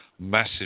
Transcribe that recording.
massive